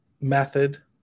method